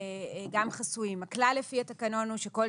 אתם ועדה סטטוטורית ויש לכם סמכויות.